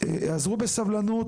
האזרו בסבלנות,